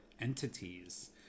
entities